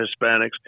Hispanics